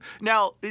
Now